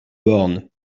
borne